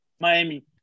Miami